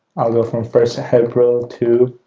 go from first of april to,